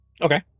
Okay